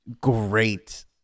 great